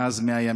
כבר 100 ימים,